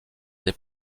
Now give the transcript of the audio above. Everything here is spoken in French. des